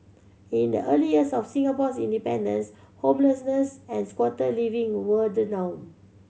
in the early years of Singapore's independence homelessness and squatter living were the norm